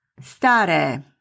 Stare